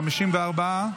54,